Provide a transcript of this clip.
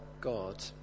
God